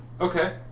Okay